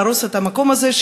להרוס את המקום הזה,